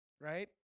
right